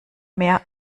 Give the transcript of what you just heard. mehr